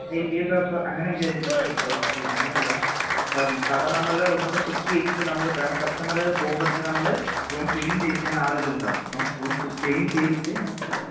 അയ്യോ അയ്യോ sir sir അങ്ങനെ വിചാരിക്കല്ലെ സാർ ഓ സോറി അങ്ങനെയല്ല സാർ സാധാരണ നമ്മള് ഒന്നുകൂടെ ചെക്ക് ചെയ്തിട്ട് നമ്മള് കാരണം കസ്റ്റമര് പോകുമ്പോള്ത്തന്നെ നമ്മള് റൂം ക്ലീൻ ചെയ്യാനായിട്ട് ഞങ്ങളാളെ വെച്ചിട്ടുണ്ട് സാർ അപ്പം റൂം ക്ലീൻ ചെയ്തിട്ട്